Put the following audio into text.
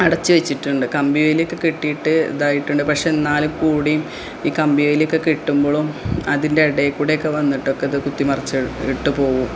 അടച്ച് വച്ചിട്ടുണ്ട് കമ്പിവേലിയൊക്കെ കെട്ടിയിട്ട് ഇതായിട്ടുണ്ട് പക്ഷെ എന്നാൽ കൂടിയും ഈ കമ്പിവേലിയൊക്കെ കെട്ടുമ്പോഴും അതിൻ്റെ ഇടയിൽ കൂടെ ഒക്കെ വന്നിട്ടൊക്കെ ഇത് കുത്തി മറിച്ചിട്ട് പോവും